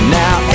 now